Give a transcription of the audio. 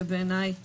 זה בעיניי --- כן,